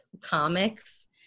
comics